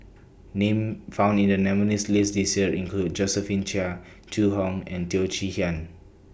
Names found in The nominees' list This Year include Josephine Chia Zhu Hong and Teo Chee Hean